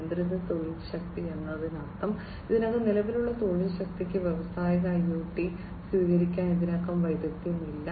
നിയന്ത്രിത തൊഴിൽ ശക്തി എന്നതിനർത്ഥം ഇതിനകം നിലവിലുള്ള തൊഴിൽ ശക്തിക്ക് വ്യാവസായിക IoT സ്വീകരിക്കാൻ ഇതിനകം വൈദഗ്ധ്യം ഇല്ല